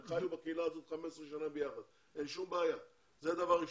הם חיו בקהילה הזאת במשך 15 שנים ביחד ואין שום בעיה עם זה.